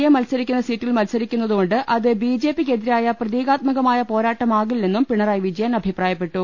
A മത്സരിക്കുന്ന സീറ്റിൽ മത്സരിക്കുന്നത് കൊണ്ട് അത് ബിജെപിക്കെതിരായ പ്രതീകാത്മകമായ പോരാട്ടമാ കില്ലെന്നും പിണറായി വിജയൻ അഭിപ്രായപ്പെട്ടു